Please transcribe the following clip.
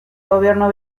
gobierno